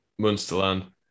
munsterland